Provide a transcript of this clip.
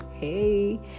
hey